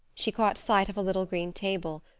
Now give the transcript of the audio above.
she caught sight of a little green table,